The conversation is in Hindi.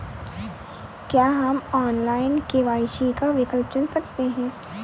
क्या हम ऑनलाइन के.वाई.सी का विकल्प चुन सकते हैं?